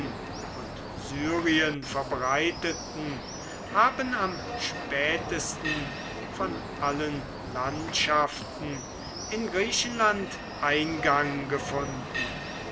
und syrien verbreiteten haben am spätesten von allen landschaften in griechenland eingang gefunden